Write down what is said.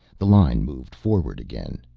the line moved forward again.